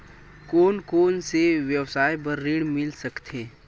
कोन कोन से व्यवसाय बर ऋण मिल सकथे?